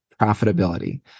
profitability